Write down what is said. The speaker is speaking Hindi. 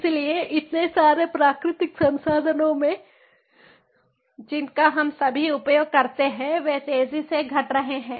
इसलिए इतने सारे प्राकृतिक संसाधनों में जिनका हम सभी उपयोग करते हैं वे तेजी से घट रहे हैं